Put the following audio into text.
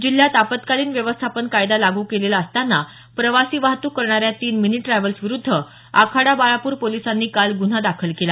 जिल्ह्यात आपत्कालीन व्यवस्थापन कायदा लागू केलेला असताना प्रवासी वाहतूक करणाऱ्या तीन मिनी ट्रॅव्हल्स विरुद्ध आखाडा बाळापुर पोलिसांनी काल गुन्हा दाखल केला